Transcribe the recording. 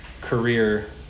career